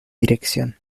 dirección